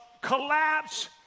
collapse